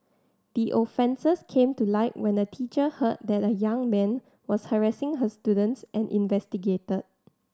the offences came to light when a teacher heard that a young man was harassing her students and investigated